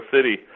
City